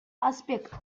аспект